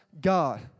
God